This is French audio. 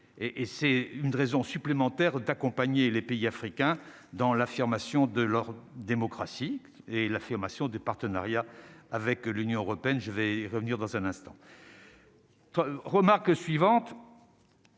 c'est une raison supplémentaire d'accompagner les pays africains dans l'affirmation de leur démocratie et l'affirmation des partenariats avec l'Union européenne, je vais revenir dans un instant. Remarque suivante.